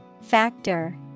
Factor